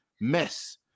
mess